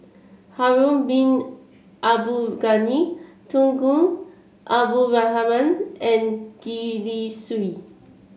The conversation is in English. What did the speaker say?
Harun Bin Abdul Ghani Tunku Abdul Rahman and Gwee Li Sui